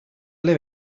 live